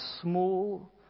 small